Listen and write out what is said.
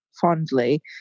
fondly